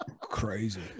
crazy